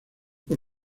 con